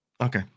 Okay